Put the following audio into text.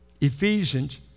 Ephesians